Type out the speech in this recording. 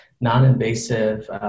non-invasive